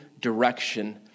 direction